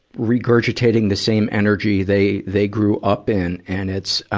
regurgitating the same energy they, they grew up in. and it's, um,